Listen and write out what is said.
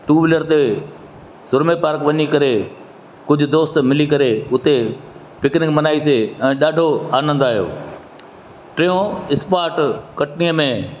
two wheeler ते सुरमे park वञी करे कुझु दोस्त मिली करे उते पिकनिक मनाइसीं ऐं ॾाढो आनंदु आहियो टियों स्पोर्ट कटनीअ में